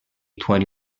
twenty